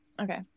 Okay